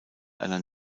einer